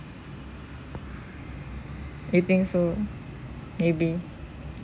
you think so maybe